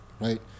right